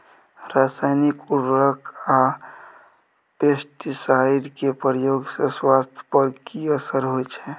रसायनिक उर्वरक आ पेस्टिसाइड के प्रयोग से स्वास्थ्य पर कि असर होए छै?